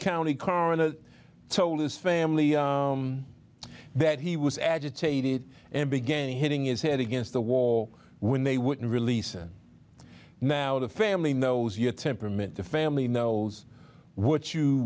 county coroner told his family that he was agitated and began hitting his head against the wall when they wouldn't release and now the family knows your temperament the family knows what you